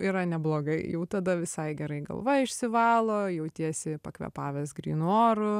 yra neblogai jau tada visai gerai galva išsivalo jautiesi pakvėpavęs grynu oru